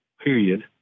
period